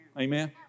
Amen